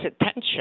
attention